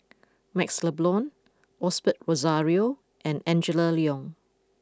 Maxle Blond Osbert Rozario and Angela Liong